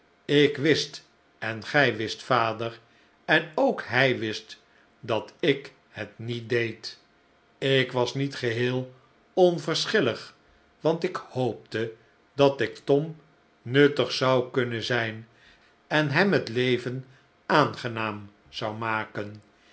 ik wist en gij wist vader en ook hij wist dat ik het niet deed ik was niet geheel onverschillig want ik hoopte dat ik tom nuttig zou kunnen zijn en hem het leven aangenaam zou maken